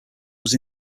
was